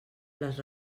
les